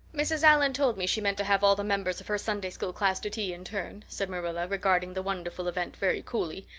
mrs. allan told me she meant to have all the members of her sunday-school class to tea in turn, said marilla, regarding the wonderful event very coolly.